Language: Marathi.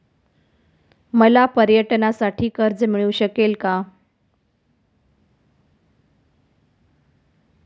मला पर्यटनासाठी कर्ज मिळू शकेल का?